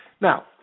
Now